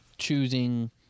choosing